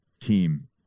team